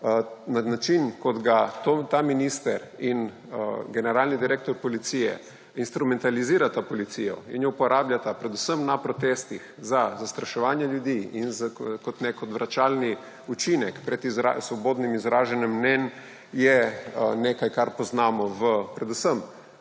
Način, na katerega ta minister in generalni direktor policije instrumentalizirata policijo in jo uporabljata predvsem na protestih za zastraševanje ljudi in kot nek odvračalni učinek pred svobodnim izražanjem mnenj, je nekaj, kar poznamo predvsem